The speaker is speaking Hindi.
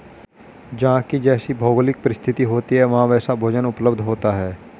जहां की जैसी भौगोलिक परिस्थिति होती है वहां वैसा भोजन उपलब्ध होता है